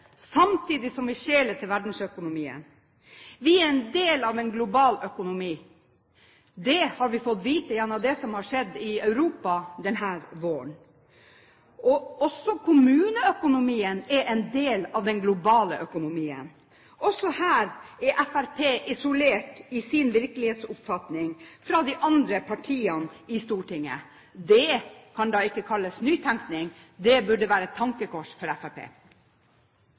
samtidig som vi skjeler til verdensøkonomien. Vi er en del av en global økonomi. Det har vi fått vite gjennom det som har skjedd i Europa denne våren. Også kommuneøkonomien er en del av den globale økonomien. Også her er Fremskrittspartiet isolert i sin virkelighetsoppfatning fra de andre partiene i Stortinget. Det kan da ikke kalles nytenkning. Det burde være et tankekors for